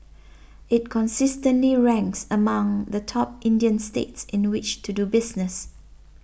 it consistently ranks among the top Indian states in which to do business